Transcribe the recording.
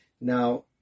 Now